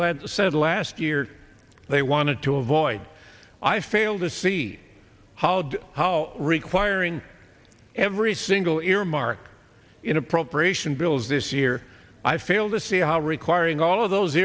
let said last year they wanted to avoid i fail to see how did how requiring every single earmark in appropriation bills this year i fail to see how requiring all of those